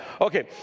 Okay